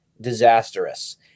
disastrous